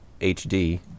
HD